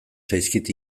zaizkit